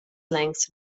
length